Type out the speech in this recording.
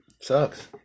Sucks